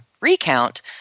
recount